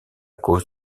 cause